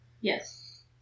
Yes